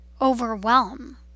overwhelm